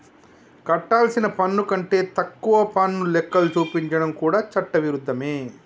కట్టాల్సిన పన్ను కంటే తక్కువ పన్ను లెక్కలు చూపించడం కూడా చట్ట విరుద్ధమే